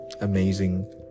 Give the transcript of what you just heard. amazing